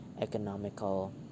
economical